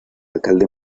alcalde